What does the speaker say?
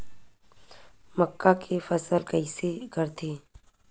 मक्का के फसल कइसे करथे?